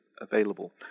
available